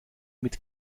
mit